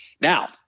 Now